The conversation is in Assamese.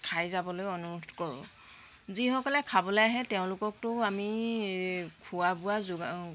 খাই যাবলৈ অনুৰোধ কৰোঁ যিসকলে খাবলৈ আহে তেওঁলোককতো আমি খোৱা বোৱা যোগান